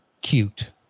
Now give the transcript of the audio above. cute